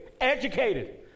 educated